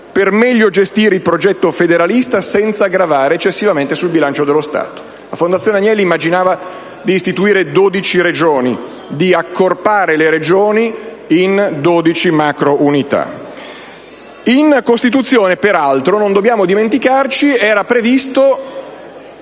per meglio gestire il progetto federalista senza gravare eccessivamente sul bilancio dello Stato. La fondazione Agnelli immaginava di istituire 12 Regioni, cioè di accorpare le Regioni in 12 macrounità. Peraltro, non dobbiamo dimenticare che in